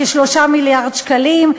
כ-3 מיליארד שקלים,